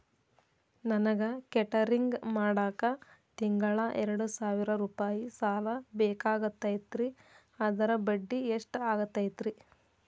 ನನಗ ಕೇಟರಿಂಗ್ ಮಾಡಾಕ್ ತಿಂಗಳಾ ಎರಡು ಸಾವಿರ ರೂಪಾಯಿ ಸಾಲ ಬೇಕಾಗೈತರಿ ಅದರ ಬಡ್ಡಿ ಎಷ್ಟ ಆಗತೈತ್ರಿ?